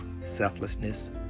selflessness